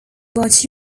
about